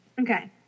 Okay